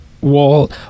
wall